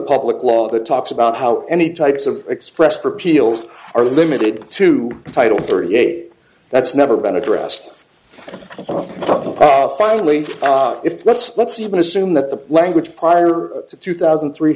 public law that talks about how any types of express for peals are limited to title thirty eight that's never been addressed and finally if let's let's even assume that the language prior to two thousand and three